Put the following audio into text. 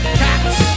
cats